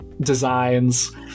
designs